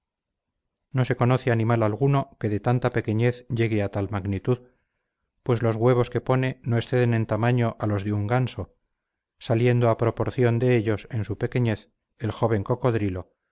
no se conoce animal alguno que de tanta pequeñez llegue a tal magnitud pues los huevos que pone no exceden en tamaño a los de un ganso saliendo a proporción de ellos en su pequeñez el joven cocodrilo